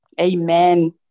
Amen